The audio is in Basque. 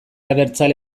abertzale